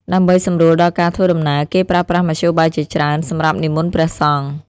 ដើម្បីសម្រួលដល់ការធ្វើដំណើរ គេប្រើប្រាស់មធ្យោបាយជាច្រើនសម្រាប់និមន្តព្រះសង្ឃ។